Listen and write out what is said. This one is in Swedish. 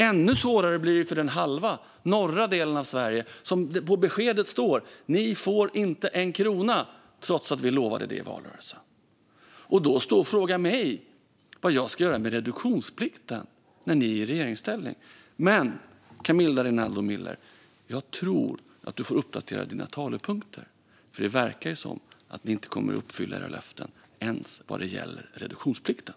Ännu svårare blir det för den norra halvan av Sverige. På deras besked står det: Ni får inte 1 krona, trots att vi lovade det i valrörelsen! Nu står du och frågar mig vad jag ska göra med reduktionsplikten när ni är i regeringsställning, Camilla Rinaldo Miller. Jag tror att du får uppdatera dina talepunkter, för det verkar som att ni inte kommer att uppfylla era löften ens vad gäller reduktionsplikten.